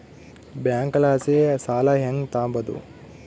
ಬ್ಯಾಂಕಲಾಸಿ ಸಾಲ ಹೆಂಗ್ ತಾಂಬದು?